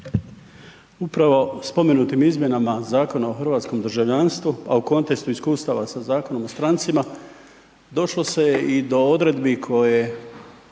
Upravo spomenutim izmjenama Zakona o hrvatskom državljanstvu, a u kontekstu iskustava sa Zakonom o strancima došlo se je i do odredbi koje